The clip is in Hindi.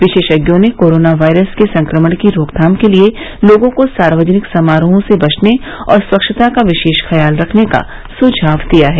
विशेषज्ञों ने कोरोना वायरस के संक्रमण की रोकथाम के लिए लोगों को सार्वजनिक समारोहों से बचने और स्वच्छता का विशेष ख्याल रखने का सुझाव दिया है